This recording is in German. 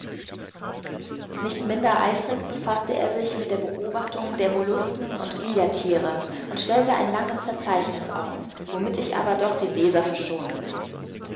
nicht minder eifrig befaßte er sich mit der beobachtung der mollusken und gliederthiere und stellte ein langes verzeichniß auf womit ich aber doch den leser verschonen will